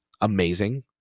amazing